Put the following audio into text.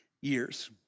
years